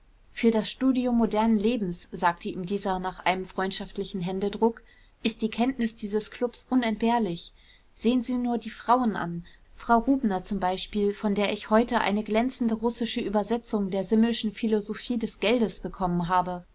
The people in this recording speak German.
für das studium modernen lebens sagte ihm dieser nach einem freundschaftlichen händedruck ist die kenntnis dieses klubs unentbehrlich sehen sie nur die frauen an frau rubner zum beispiel von der ich heute eine glänzende russische übersetzung der simmelschen philosophie des geldes bekommen habe